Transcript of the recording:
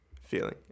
feeling